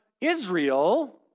Israel